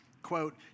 Quote